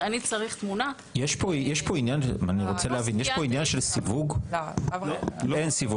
היא תהיה עד שלוש שנים או עד ארבע שנים וזה דברים שהמערכות